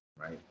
right